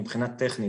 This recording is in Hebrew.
מבחינה טכנית,